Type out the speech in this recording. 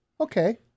Okay